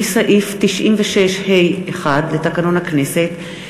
לפי סעיף 96(ה)(1) לתקנון הכנסת,